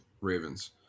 Ravens